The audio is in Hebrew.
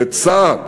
לצה"ל.